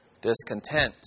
discontent